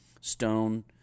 stone